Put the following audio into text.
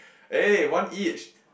eh one each